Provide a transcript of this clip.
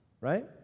right